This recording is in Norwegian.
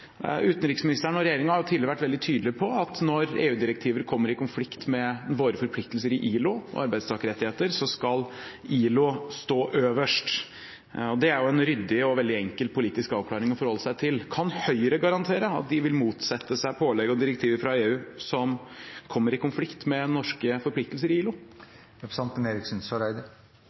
Utenriksministeren og regjeringen har tidligere vært veldig tydelige på at når EU-direktiver kommer i konflikt med våre forpliktelser i ILO og arbeidstakerrettigheter, skal ILO stå øverst. Det er jo en ryddig og veldig enkel politisk avklaring å forholde seg til. Kan Høyre garantere at de vil motsette seg pålegg og direktiver fra EU som kommer i konflikt med norske forpliktelser i ILO? Jeg legger merke til at representanten